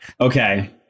Okay